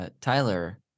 Tyler